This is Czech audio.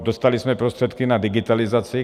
Dostali jsme prostředky na digitalizaci.